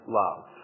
love